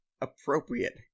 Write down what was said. appropriate